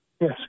Yes